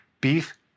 beef